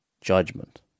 judgment